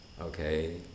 Okay